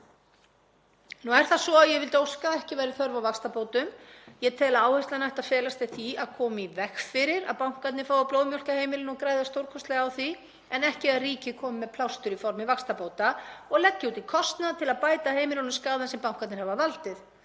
Nú er það svo að ég vildi óska að ekki væri þörf á vaxtabótum. Ég tel að áherslan ætti að felast í því að koma í veg fyrir að bankarnir fái að blóðmjólka heimilin og græða stórkostlega á því, en ekki að ríkið komi með plástur í formi vaxtabóta og leggi út í kostnað til að bæta heimilunum skaðann sem bankarnir hafa valdið.